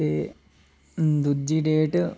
ते दूजी डेट